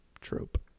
trope